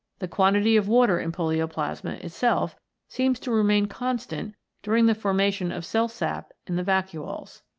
the quantity of water in polioplasma it self seems to remain constant during the formation of cell sap in the vacuoles.